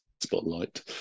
spotlight